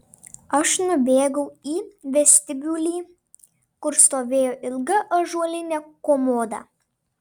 aš nubėgau į vestibiulį kur stovėjo ilga ąžuolinė komoda